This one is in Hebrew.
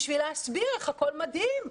כדי להסביר איך הכול מדהים.